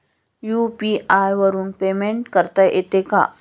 UPI वरून payment करता येते का?